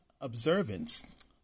observance